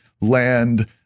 land